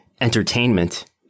entertainment